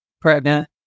pregnant